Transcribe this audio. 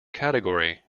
category